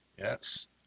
Yes